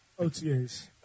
OTAs